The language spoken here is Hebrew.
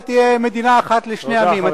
שתהיה מדינה אחת לשני עמים,